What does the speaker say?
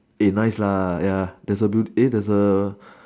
eh nice lah ya there's a building eh there's a